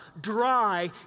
dry